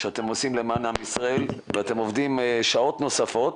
שאתם עושים למען עם ישראל ואתם עובדים שעות נוספות,